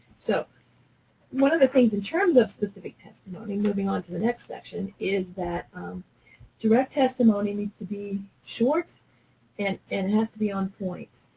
so one of the things, in terms of specific testimony moving on to the next section is that direct testimony needs to be short and and has to be on point.